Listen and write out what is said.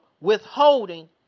withholding